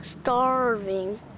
starving